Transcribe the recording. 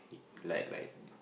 like like